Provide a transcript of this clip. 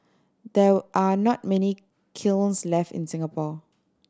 there are not many kilns left in Singapore